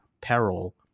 peril